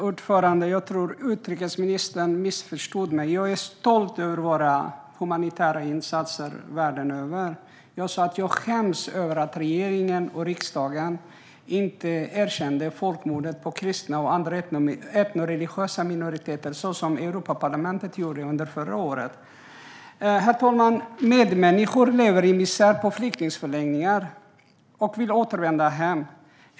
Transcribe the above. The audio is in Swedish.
Herr talman! Jag tror att utrikesministern missförstod mig. Jag är stolt över Sveriges humanitära insatser världen över. Jag sa att jag skäms över att regeringen och riksdagen inte har erkänt folkmordet på kristna och andra etnoreligiösa minoriteter, vilket Europaparlamentet gjorde under förra året. Herr talman! Medmänniskor lever i misär på flyktingförläggningar och vill återvända hem.